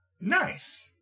Nice